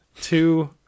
Two